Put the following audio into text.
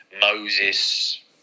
Moses